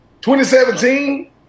2017